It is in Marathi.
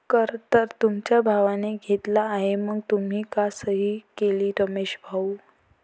कर तर तुमच्या भावाने घेतला आहे मग तुम्ही का सही केली रमेश भाऊ?